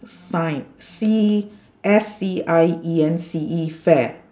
science C S C I E N C E fair